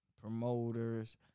promoters